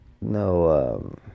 no